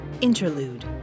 Interlude